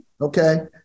Okay